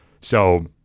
So-